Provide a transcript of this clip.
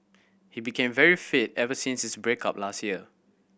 he became very fit ever since his break up last year